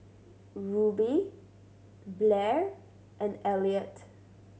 Rube Blair and Elliott